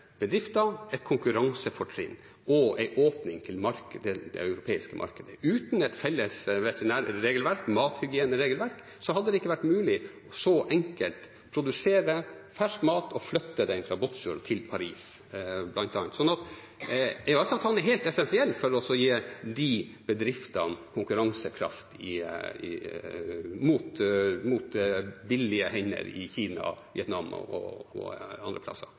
bedrifter et konkurransefortrinn og en åpning til det europeiske markedet. Uten et felles veterinærregelverk, et mathygieneregelverk, hadde det ikke vært mulig så enkelt å produsere fersk mat og flytte den fra Båtsfjord til bl.a. Paris. EØS-avtalen er helt essensiell for å gi bedriftene konkurransekraft mot billige hender i Kina, Vietnam og andre plasser